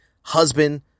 husband